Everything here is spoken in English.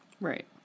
Right